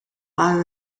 are